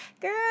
Girl